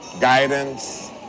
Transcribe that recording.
guidance